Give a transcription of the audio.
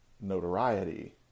notoriety